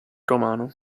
romano